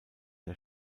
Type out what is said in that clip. der